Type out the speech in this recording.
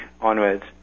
onwards